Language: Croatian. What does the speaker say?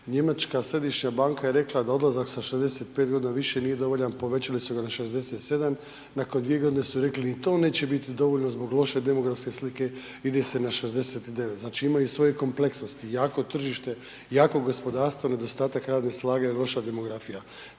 njemačka središnja banka je rekla da odlazak sa 65 godina više nije dovoljan, povećali su ga na 67, nakon 2 godine su rekli, ni to neće biti dovoljno zbog loše demografske slike, ide se na 69, znači imaju svoje kompleksnosti, jako tržište, jako gospodarstvo, nedostatak radne snage, loša demografija.